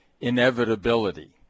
inevitability